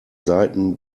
seiten